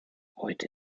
heute